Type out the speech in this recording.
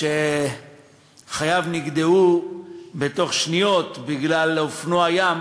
שחייו נגדעו בתוך שניות בגלל אופנוע ים